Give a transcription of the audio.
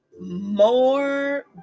more